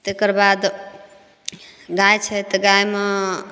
तेकरबाद गाय छै तऽ गायमे